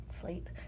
Sleep